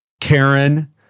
Karen